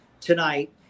tonight